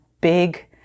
big